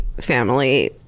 family